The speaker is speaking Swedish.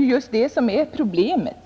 just det som är problemet.